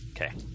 Okay